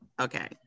Okay